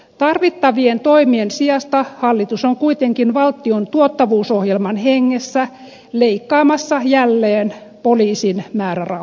tarvittavien toimien sijasta hallitus on kuitenkin valtion tuottavuusohjelman hengessä leikkaamassa jälleen poliisin määrärahoja